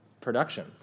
production